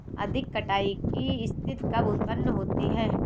अधिक कटाई की स्थिति कब उतपन्न होती है?